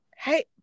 hey